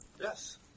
Yes